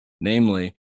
Namely